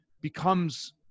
becomes